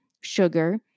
sugar